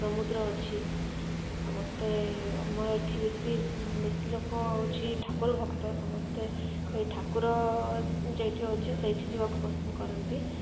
ସମୁଦ୍ର ଅଛି ସମସ୍ତେ ଆମର ଏଠି ବେଶୀ ବେଶୀ ଲୋକ ହେଉଛି ଠାକୁର ଭକ୍ତ ସମସ୍ତେ ସେ ଠାକୁର ଯେଇଠି ଅଛି ସେଇଠି ଯିବାକୁ ପସନ୍ଦ କରନ୍ତି